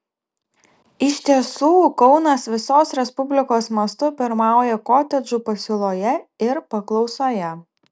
iš tiesų kaunas visos respublikos mastu pirmauja kotedžų pasiūloje ir paklausoje